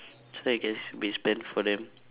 so I guess we spend for them